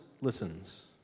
listens